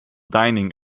dining